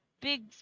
Big